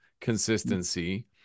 consistency